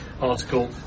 article